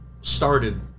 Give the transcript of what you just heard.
started